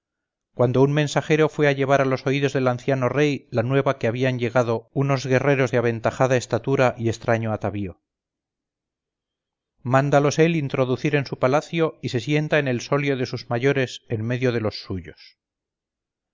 cuando un mensajero fue a llevar a los oídos del anciano rey la nueva de que habían llegado unos guerreros de aventajada estatura y extraño atavío mándalos él introducir en su palacio y se sienta en el solio de sus mayores en medio de los suyos